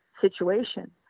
situation